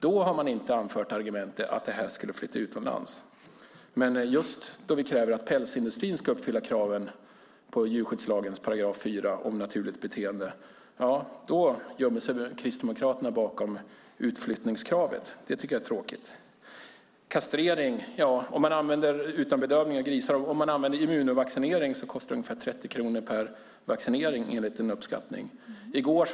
Då har man inte anfört argumentet att verksamheten skulle flytta utomlands. Men när vi kräver att pälsindustrin ska uppfylla kraven enligt 4 § djurskyddslagen om naturligt beteende gömmer sig Kristdemokraterna bakom utflyttningsargumentet. Det tycker jag är tråkigt. När det gäller kastrering av grisar: Om man använder immunovaccinering kostar det ungefär 30 kronor per vaccinering, enligt en uppskattning som gjorts.